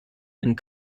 and